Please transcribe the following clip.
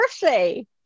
birthday